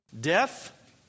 Death